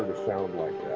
sound like